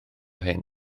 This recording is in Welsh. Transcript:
hyn